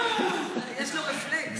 יש לו רפלקס.